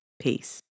Peace